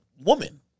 woman